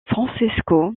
francesco